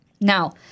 Now